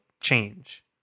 change